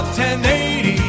1080